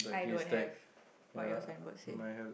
I don't have what your signboard say